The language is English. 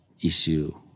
issue